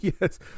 yes